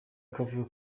akavuyo